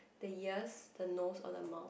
the ears the nose or the mouth